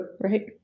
Right